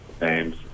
names